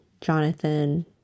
Jonathan